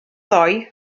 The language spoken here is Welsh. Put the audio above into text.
ddoe